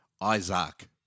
Isaac